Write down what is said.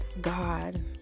God